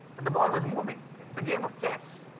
but the ball was moving. it's a game of chess.